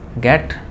get